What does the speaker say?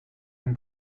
him